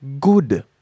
good